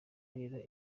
rero